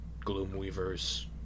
Gloomweavers